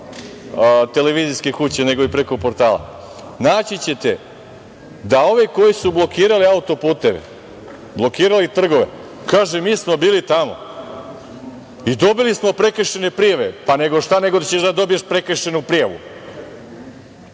televizijske kuće, nego i preko portala. Naći ćete da oni koji su blokirali auto-puteve, blokirali trgove, kaže – mi smo bili tamo i dobili smo prekršajne prijave. Pa nego šta nego ćeš da dobiješ prekršajnu prijavu?